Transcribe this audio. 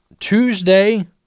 Tuesday